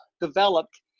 developed